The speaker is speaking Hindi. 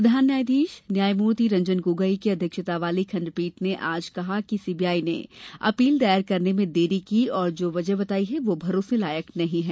प्रधान न्यायाधीश न्यायमूर्ति रंजन गोगोई की अध्यक्षता वाली खंडपीठ ने आज कहा कि सीबीआई ने अपील दायर करने में देरी की और जो वजह बताई वो भरोसे लायक नहीं हैं